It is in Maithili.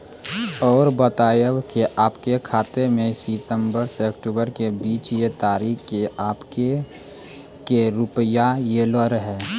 और बतायब के आपके खाते मे सितंबर से अक्टूबर के बीज ये तारीख के आपके के रुपिया येलो रहे?